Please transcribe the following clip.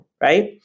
Right